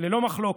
ללא מחלוקת.